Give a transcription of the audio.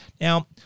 Now